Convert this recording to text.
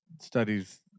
studies